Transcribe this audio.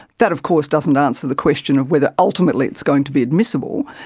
that of course doesn't answer the question of whether ultimately it's going to be admissible.